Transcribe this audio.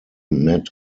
matt